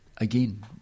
Again